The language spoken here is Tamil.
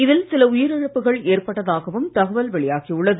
இதில் சில உயிரிழப்புகள் ஏற்பட்டதாகவும் தகவல் வெளியாகி உள்ளது